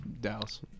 Dallas